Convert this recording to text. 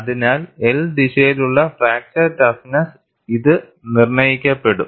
അതിനാൽ L ദിശയിലെ fracture toughness ഇത് നിർണ്ണയിക്കപ്പെടും